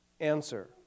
answer